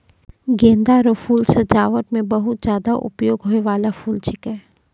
गेंदा रो फूल सजाबट मे बहुत ज्यादा उपयोग होय बाला फूल छिकै